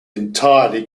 entirely